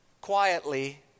quietly